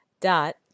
Dot